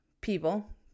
people